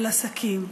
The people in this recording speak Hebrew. על עסקים,